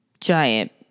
giant